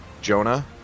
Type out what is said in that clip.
Jonah